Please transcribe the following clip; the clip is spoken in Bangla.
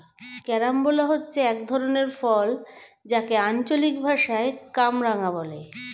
ক্যারামবোলা হচ্ছে এক ধরনের ফল যাকে আঞ্চলিক ভাষায় কামরাঙা বলে